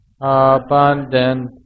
abundant